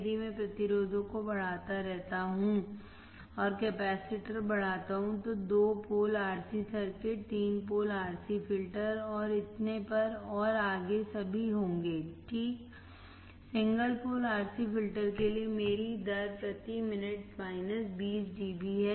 यदि मैं प्रतिरोधों को बढ़ाता रहता हूं और कैपेसिटर बढ़ाता हूं तो दो पोल RC सर्किट तीन पोल RC फिल्टर और इतने पर और आगे सभी होंगे ठीक है सिंगल पोल RC फिल्टर के लिए मेरी दर प्रति मिनट 20 dB है